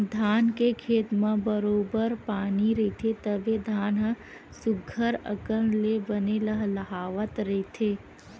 धान के खेत म बरोबर पानी रहिथे तभे धान ह सुग्घर अकन ले बने लहलाहवत रहिथे